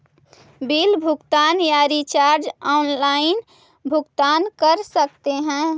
Bill भुगतान या recharge online भुगतान कर सकते हैं?